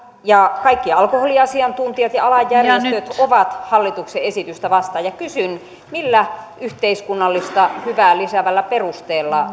ja kaikki alkoholiasiantuntijat ja alan järjestöt ovat hallituksen esitystä vastaan kysyn millä yhteiskunnallista hyvää lisäävällä perusteella